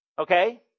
Okay